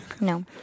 no